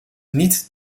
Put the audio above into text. niet